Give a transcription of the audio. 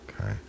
Okay